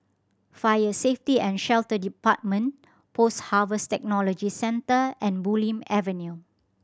Fire Safety And Shelter Department Post Harvest Technology Centre and Bulim Avenue